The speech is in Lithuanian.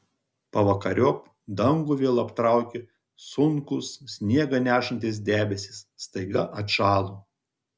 pavakariop dangų vėl aptraukė sunkūs sniegą nešantys debesys staiga atšalo